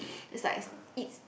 is like eats